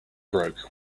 broke